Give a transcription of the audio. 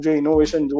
innovation